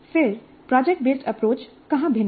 फिर project based approach कहाँ भिन्न है